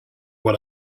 what